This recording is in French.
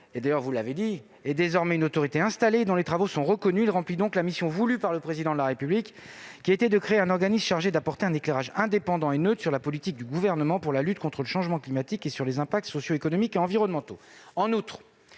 le HCC- vous l'avez dit -est désormais une autorité installée dont les travaux sont reconnus. Il remplit donc la mission voulue par le Président de la République, qui était de créer un organisme chargé d'apporter un éclairage indépendant et neutre sur la politique du Gouvernement pour la lutte contre le changement climatique et sur les impacts sociaux, économiques et environnementaux